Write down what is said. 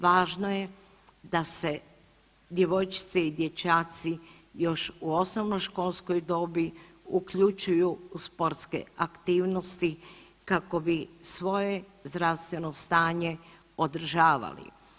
Važno je da se djevojčice i dječaci još u osnovnoškolskoj dobi uključuju u sportske aktivnosti kako bi svoje zdravstveno stanje održavali.